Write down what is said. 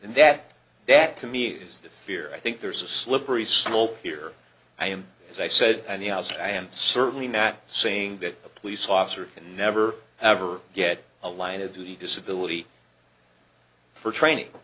and that that to me is the fear i think there's a slippery slope here i am as i said at the outset i am certainly not saying that a police officer and never ever get a line of duty disability for training